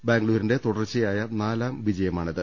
ബാംഗ്ലൂരിന്റെ തുടർച്ചയായ നാലാം ജയമാണിത്